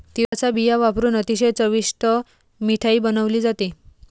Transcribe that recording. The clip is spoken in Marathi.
तिळाचा बिया वापरुन अतिशय चविष्ट मिठाई बनवली जाते